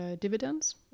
dividends